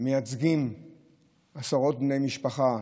מייצג עשרות בני משפחה,